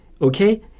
Okay